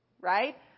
Right